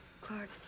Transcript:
Clark